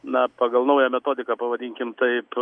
na pagal naują metodiką pavadinkim taip